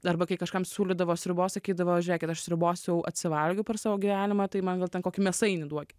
arba kai kažkam siūlydavo sriubos sakydavo žiūrėkit aš sriubos jau atsivalgiau per savo gyvenimą tai man gal ten kokį mėsainį duokit